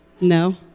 No